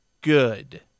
good